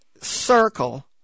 circle